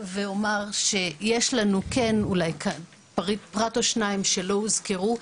ואומר שיש לנו פרט או שניים שלא הוזכרו.